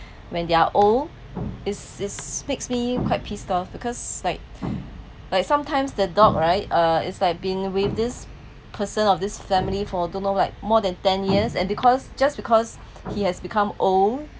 when they are old it's it makes me quite pissed off because like like sometimes the dog right uh it's like being with this person of this family for don't know like more than ten years and because just because he has become old